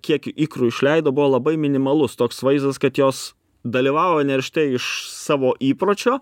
kiek ikrų išleido buvo labai minimalus toks vaizdas kad jos dalyvavo neršte iš savo įpročio